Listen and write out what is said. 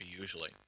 usually